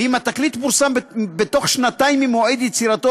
ואם התקליט פורסם בתוך שנתיים ממועד יצירתו,